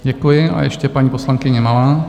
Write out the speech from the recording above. Děkuji a ještě paní poslankyně Malá.